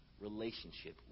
relationship